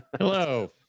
Hello